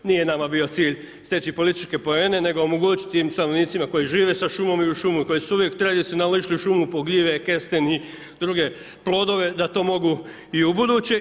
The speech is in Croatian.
Nije nama bio cilj steći političke poene nego omogućiti tim stanovnicima koji žive sa šumom i uz šumu, koji su uvijek tradicionalno išli u šumu po gljive, kesten i druge plodove da to mogu i ubuduće.